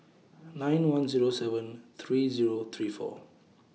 nine one Zero seven three Zero three four